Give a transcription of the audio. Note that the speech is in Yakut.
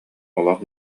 олох